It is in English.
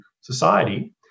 society